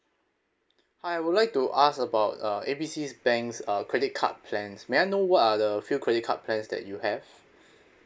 hi I would like to ask about uh A B C's bank's uh credit card plans may I know what are the few credit card plans that you have